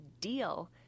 deal